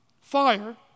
Fire